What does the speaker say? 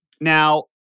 Now